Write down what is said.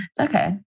okay